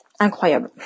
Incroyable